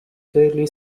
fairly